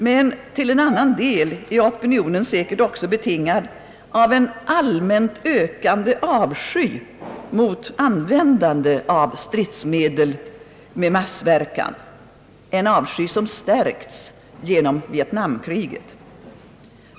Men till en annan del är opinionen också betingad av en allmänt ökande avsky för användande av stridemedel med massverkan — en avsky som stärkts genom vietnamkriget.